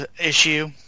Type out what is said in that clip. issue